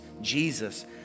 Jesus